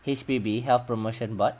H_P_B health promotion board